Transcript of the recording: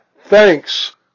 Thanks